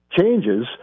changes